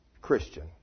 Christian